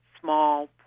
small